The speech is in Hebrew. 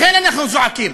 לכן אנחנו זועקים.